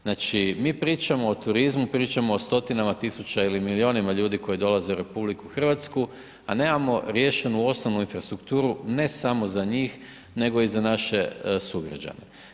Znači, mi pričamo o turizmu, pričamo o stotinama tisuća ili milijunima ljudi koji dolaze u RH, a nemamo riješenu osnovnu infrastrukturu, ne samo za njih, nego i za naše sugrađane.